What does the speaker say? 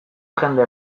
jende